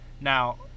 Now